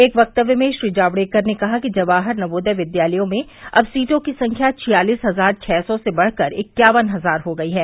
एक वक्तव्य में श्री जावडेकर ने कहा कि जवाहर नवोदय विद्यालयों में अब सीटों की संख्या छियालिस हजार छह सौ से बढ़कर इक्यावन हजार हो गई हैं